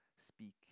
speak